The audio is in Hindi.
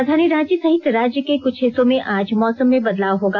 राजधानी रांची सहित राज्य के कुछ हिस्सों में आज मौसम में बदलाव होगा